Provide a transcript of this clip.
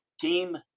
team